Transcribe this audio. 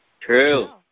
True